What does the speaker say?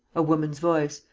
a woman's voice,